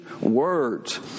words